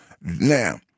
Now